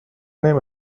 نمی